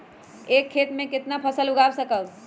एक खेत मे केतना फसल उगाय सकबै?